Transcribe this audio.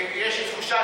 יש לי תחושה,